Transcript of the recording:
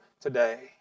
today